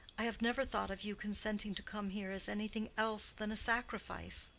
i have never thought of you consenting to come here as anything else than a sacrifice.